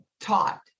taught